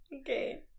Okay